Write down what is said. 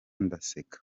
ndaseka